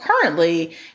currently